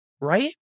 right